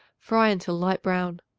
fry until light brown.